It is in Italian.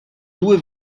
due